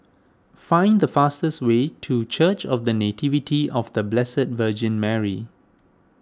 find the fastest way to Church of the Nativity of the Blessed Virgin Mary